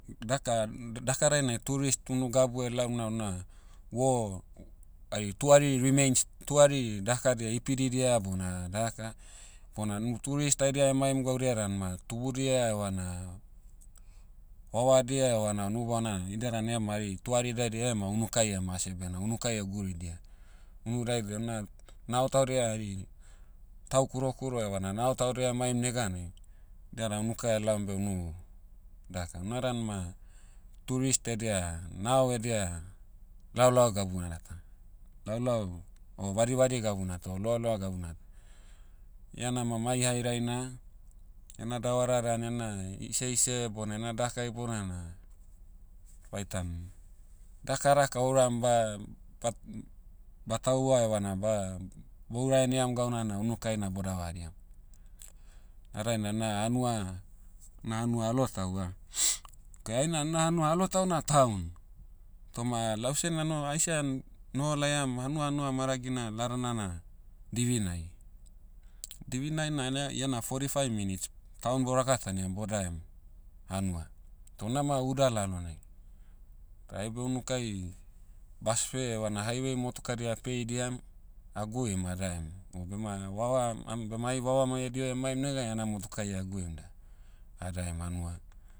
Daka- daka dainai tourist unu gabu laom na una, war, hari tuari remains, tuari dakadia ipididia bona, daka. Bona nu tourist haidia emaim gaudia dan ma tubudia evana, vavadia evana nubana idia dan ema hari tuari daidiai ema unukai emase bena unukai guridia. Unu daidai na, nao taudia hari, tau kurokuro evana nao taudia emaim neganai, diana unuka elaom beh unu, daka una dan ma, tourist edia, nao edia, laolao gabunata. Laolao, o vadivadi gabunat o loaloa gabunat. Ia nama mai hairaina, ena davara dan ena, iseise bon ena daka ibounana, vaitan, dakadaka ouram ba- bat- batahua evana ba- boura heniam gauna na unukai na bo'davariam. Na dainai na hanua- na hanua alotau ah, kei aina na hanua alotau na town. Toma lau seh nano- aise a- noho laiam hanua hanua maragina ladana na, divinai. Divinai na nea- iana fourty five minutes, town bo'rakataniam bo'daem, hanua. Toh unama uda lalonai. Aibe unukai, bus fare evana highway motukadia a'peidiam, a'gium adaem. O bema vava- am- bema ai vavamai ediho emaim negai ena motukai aguim da, adaem hanua.